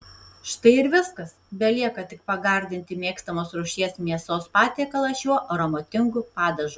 štai ir viskas belieka tik pagardinti mėgstamos rūšies mėsos patiekalą šiuo aromatingu padažu